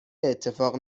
اتفاق